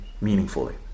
meaningfully